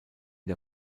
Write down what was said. der